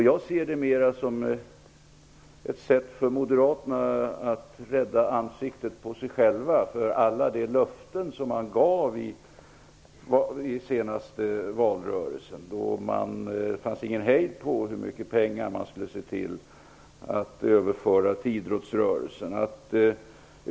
Jag ser det här snarare som ett sätt för Moderaterna att rädda ansiktet på sig själva när det gäller alla de löften som man gav i den senaste valrörelsen. Då var det inte någon hejd på hur mycket pengar som man skulle se till att överföra till idrottsrörelsen.